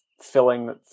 filling